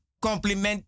Compliment